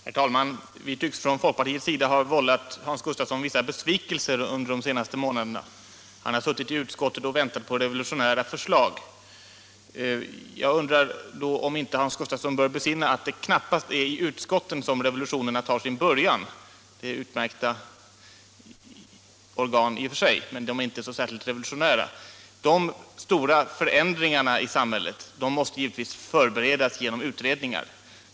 Herr talman! Vi tycks från folkpartiets sida ha vållat Hans Gustafsson vissa besvikelser under de senaste månaderna. Han har suttit i utskottet och väntat på revolutionära förslag. Jag undrar då om inte Hans Gustafsson bör besinna att det knappast är i utskotten som revolutionerna tar sin början. De är utmärkta organ i och för sig, men de är inte särskilt revolutionära. De stora förändringarna i samhället måste givetvis förberedas genom utredningar.